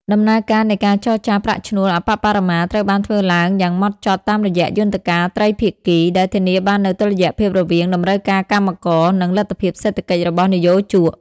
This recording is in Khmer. ដំណើរការនៃការចរចាប្រាក់ឈ្នួលអប្បបរមាត្រូវបានធ្វើឡើងយ៉ាងហ្មត់ចត់តាមរយៈយន្តការត្រីភាគី ដែលធានាបាននូវតុល្យភាពរវាងតម្រូវការកម្មករ និងលទ្ធភាពសេដ្ឋកិច្ចរបស់និយោជក។